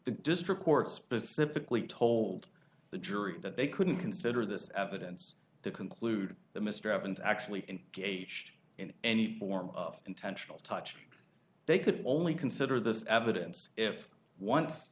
district court specifically told the jury that they couldn't consider this evidence to conclude that mr evans actually gauged in any form of intentional touch they could only consider this evidence if once